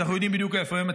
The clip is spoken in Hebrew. שאנחנו יודעים בדיוק איפה הם,